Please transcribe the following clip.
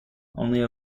only